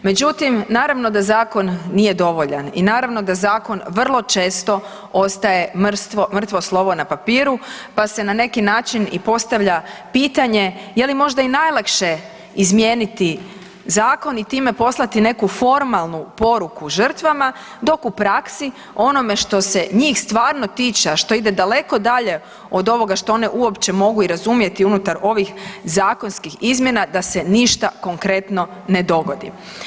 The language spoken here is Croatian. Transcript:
Međutim, naravno da zakon nije dovoljan i naravno da zakon vrlo često ostaje mrtvo slovo na papiru pa se na neki način i postavlja pitanje je li možda i najlakše izmijeniti zakon i time poslati neku formalnu poruku žrtvama, dok u praksi onome što se njih stvarno tiče, a što ide daleko dalje od ovoga što one uopće mogu i razumjeti unutar ovih zakonskih izmjena, da se ništa konkretno ne dogodi.